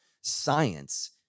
science